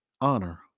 honor